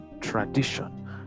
tradition